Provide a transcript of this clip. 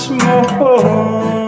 more